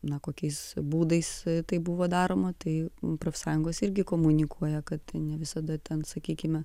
na kokiais būdais tai buvo daroma tai profsąjungos irgi komunikuoja kad ne visada ten sakykime